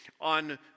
on